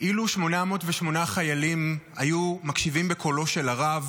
אילו 808 חיילים היו מקשיבים בקולו של הרב